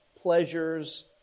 pleasures